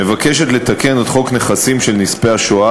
מבקשת לתקן את חוק נכסים של נספי השואה